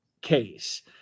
case